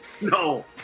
No